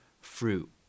fruit